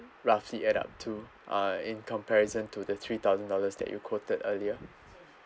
roughly add up to uh in comparison to the three thousand dollars that you quoted earlier